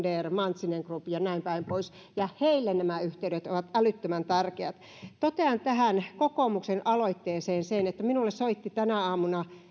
deere mantsinen group ja näinpäin pois ja heille nämä yhteydet ovat älyttömän tärkeät totean tähän kokoomuksen aloitteeseen liittyen että minulle soitti tänä aamuna